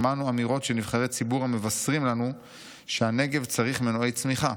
שמענו אמירות של נבחרי ציבור המבשרים לנו שהנגב צריך מנועי צמיחה,